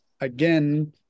again